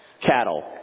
Cattle